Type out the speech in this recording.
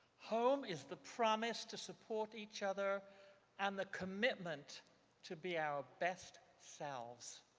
home is the promise to support each other and the commitment to be our best selves.